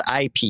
IP